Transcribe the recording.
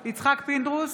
פינדרוס,